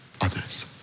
others